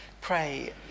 pray